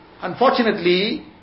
Unfortunately